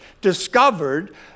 discovered